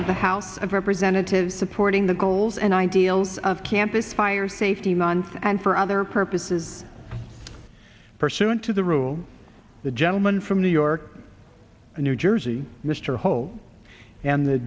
of the house of representatives supporting the goals and ideals of campaign fire safety month and for other purposes pursuant to the rule the gentleman from new york new jersey mr holt and the